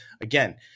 again